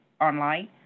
online